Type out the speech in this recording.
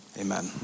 amen